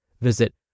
Visit